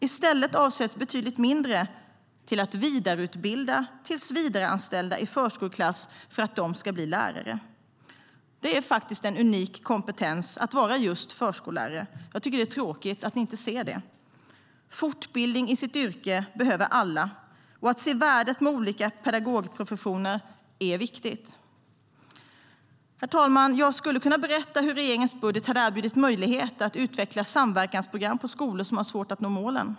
Betydligt mindre medel avsätts till att vidareutbilda tillsvidareanställda i förskoleklass för att de ska bli lärare. Herr talman! Jag skulle kunna berätta hur regeringens budget hade erbjudit möjlighet att utveckla samverkansprogram på skolor som har svårt att nå målen.